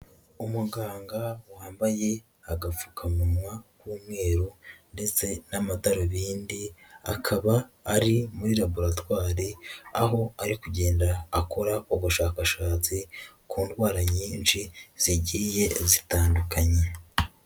Umuganga wambaye agapfukamunwa k'umweru ndetse n'amadarubindi ,akaba ari muri laboratory aho ari kugenda akora ubushakashatsi ku ndwara nyinshi zigiye zitandukanye.